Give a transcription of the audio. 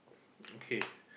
okay